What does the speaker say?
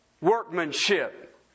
workmanship